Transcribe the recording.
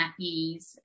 nappies